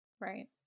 right